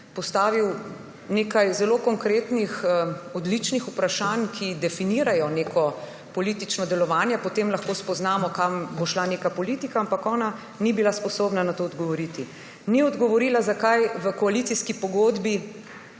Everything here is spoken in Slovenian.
postavil nekaj zelo konkretnih, odličnih vprašanj, ki definirajo neko politično delovanje, po tem lahko spoznamo, kam bo šla neka politika, ampak ona ni bila sposobna na to odgovoriti. Ni odgovorila, zakaj v koalicijski pogodbi